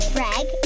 Greg